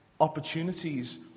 opportunities